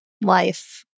life